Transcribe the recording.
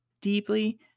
deeply